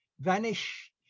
vanish